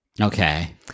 Okay